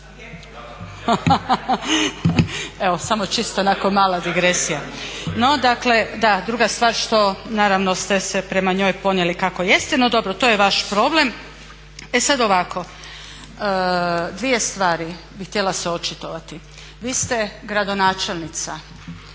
Evo samo čisto onako mala digresija. No, dakle da, druga stvar što naravno ste se prema njoj ponijeli kako jeste, no dobro, to je vaš problem. E sada ovako, dvije stvari bih htjela se očitovati. Vi ste gradonačelnica,